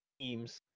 teams